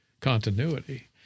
continuity